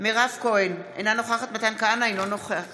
מירב כהן, אינה נוכחת מתן כהנא, אינו נוכח